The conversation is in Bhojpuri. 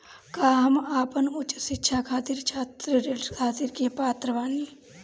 का हम अपन उच्च शिक्षा खातिर छात्र ऋण खातिर के पात्र बानी?